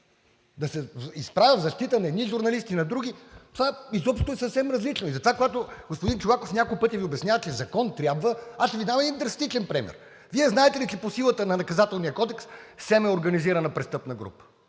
Да се изправя в защита на едни журналисти, на други. Това изобщо е съвсем различно. И затова, когато господин Чолаков няколко пъти Ви обяснява, че закон трябва, аз ще Ви дам един драстичен пример – Вие знаете ли, че по силата на Наказателния кодекс СЕМ е организирана престъпна група?!